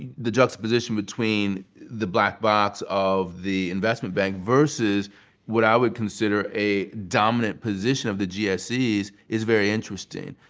the juxtaposition between the black box of the investment bank versus what i would consider a dominant position of the yeah gses is is very interesting.